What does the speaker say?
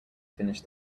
finished